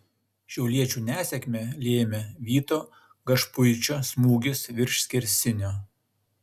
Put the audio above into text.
šiauliečių nesėkmę lėmė vyto gašpuičio smūgis virš skersinio